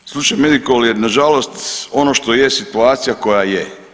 Ali slučaj Medikol je na žalost ono što je situacija koja je.